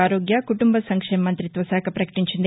ఆరోగ్య కుటుంబ సంక్షేమ మంత్రిత్వ శాఖ పకటించింది